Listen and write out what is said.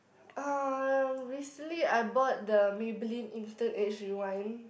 uh recently I bought the Maybelline instant age rewind